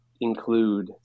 include